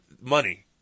money